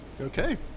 okay